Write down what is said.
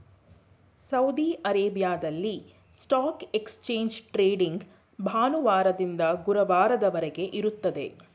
Saudi ಅರೇಬಿಯಾದಲ್ಲಿ stock exchange trading ಭಾನುವಾರದಿಂದ ಗುರುವಾರದವರೆಗೆ ಇರುತ್ತದೆ